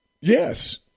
Yes